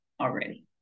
already